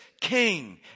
King